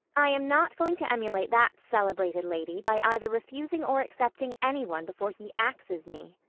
i am not going to emulate that celebrated lady by either refusing or accepting any one before he axes me.